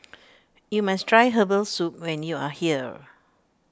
you must try Herbal Soup when you are here